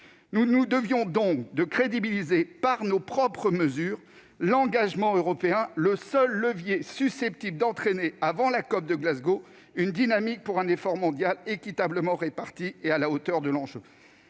nous devions donc de crédibiliser, par nos propres mesures, l'engagement européen, seul levier susceptible d'entraîner, avant la COP de Glasgow, une dynamique pour un effort mondial équitablement réparti et à la hauteur de l'enjeu.